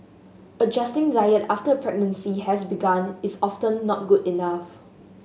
adjusting diet after a pregnancy has begun is often not good enough